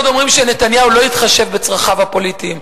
ועוד אומרים שנתניהו לא התחשב בצרכיו הפוליטיים.